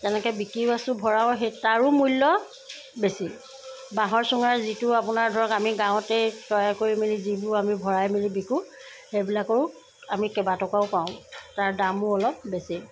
তেনেকৈ বিকিও আছোঁ সেই ভৰাওঁ তাৰো মূল্য বেছি বাঁহৰ চুঙাৰ যিটো আপোনাৰ ধৰক আমি গাঁৱতেই তৈয়াৰ কৰি মেলি যিবোৰ আমি ভৰাই মেলি বিকো সেইবিলাকৰো আমি কেইবা টকাও পাওঁ তাৰ দামো অলপ বেছি